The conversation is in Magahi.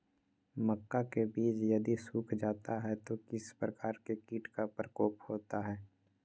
मक्का के बिज यदि सुख जाता है तो किस प्रकार के कीट का प्रकोप होता है?